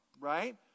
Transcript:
Right